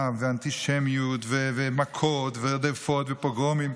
ואנטישמיות ומכות ורדיפות ופוגרומים,